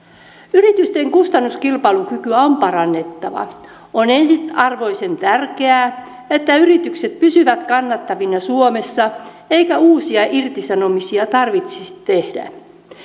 yritysten kustannuskilpailukykyä on parannettava on ensiarvoisen tärkeää että yritykset pysyvät kannattavina suomessa eikä uusia irtisanomisia tarvitsisi tehdä